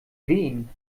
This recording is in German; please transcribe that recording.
wen